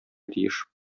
тиеш